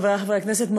חברי חברי הכנסת,